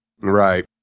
Right